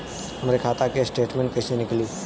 हमरे खाता के स्टेटमेंट कइसे निकली?